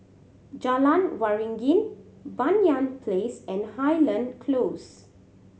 Jalan Waringin Banyan Place and Highland Close